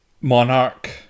Monarch